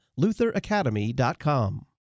lutheracademy.com